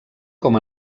com